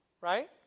right